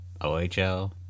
ohl